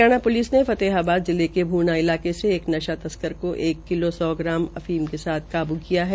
हरियाणा लिस ने फतेहाबाद जिले के भूना इलाकों से नशा तस्कर को एक किलो सौ ग्राम अफीम के साथ काबू किया है